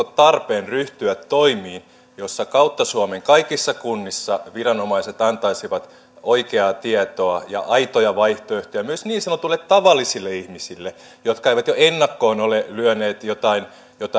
tarpeen ryhtyä toimiin joissa kautta suomen kaikissa kunnissa viranomaiset antaisivat oikeaa tietoa ja aitoja vaihtoehtoja myös niin sanotuille tavallisille ihmisille jotka eivät jo ennakkoon ole lyöneet